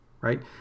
right